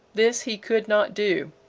this he could not do.